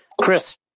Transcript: Chris